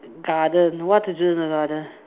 garden what to do in a garden